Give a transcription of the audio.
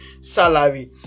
salary